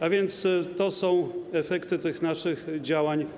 A więc to są efekty tych naszych działań.